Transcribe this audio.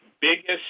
biggest